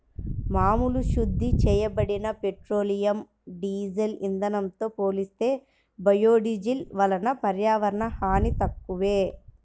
మామూలు శుద్ధి చేయబడిన పెట్రోలియం, డీజిల్ ఇంధనంతో పోలిస్తే బయోడీజిల్ వలన పర్యావరణ హాని తక్కువే